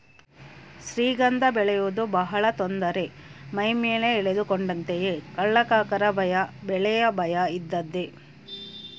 ಶ್ರೀಗಂಧ ಬೆಳೆಯುವುದು ಬಹಳ ತೊಂದರೆ ಮೈಮೇಲೆ ಎಳೆದುಕೊಂಡಂತೆಯೇ ಕಳ್ಳಕಾಕರ ಭಯ ಬೆಲೆಯ ಭಯ ಇದ್ದದ್ದೇ